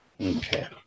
Okay